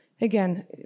again